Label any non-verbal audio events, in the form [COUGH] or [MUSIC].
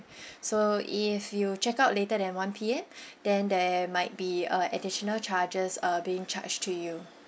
[BREATH] so if you check out later than one P_M [BREATH] then there might be a additional charges uh being charged to you